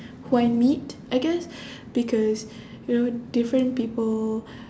who I meet I guess because you know different people